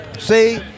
See